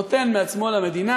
נותן מעצמו למדינה,